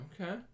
Okay